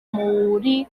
muri